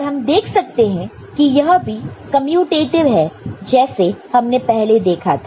और हम देख सकते हैं कि यह भी कमयुटेटिव है जैसे हमने पहले देखा था